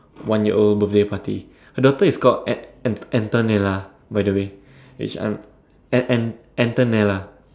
one year old birthday party her daughter is called Ant~ Ant~ Antonella by the way which I'm Ant~ Ant~ Antonella